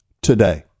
today